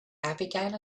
abigail